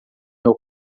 meu